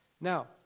Now